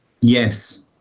Yes